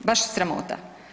Baš sramota.